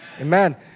Amen